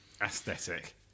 aesthetic